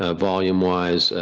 ah volume wise.